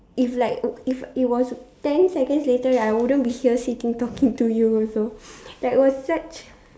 if like uh if it was ten seconds later right I wouldn't be here sitting talking to you also that was such